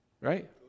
Right